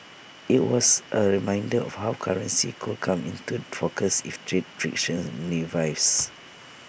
IT was A reminder of how currency could come into focus if trade friction revives